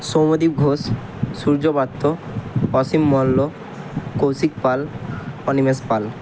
Soumyadip Ghosh Surya Patra Asim Malya Kaushik Pal Animesh Pal